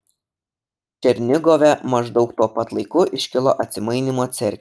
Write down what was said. černigove maždaug tuo pat laiku iškilo atsimainymo cerkvė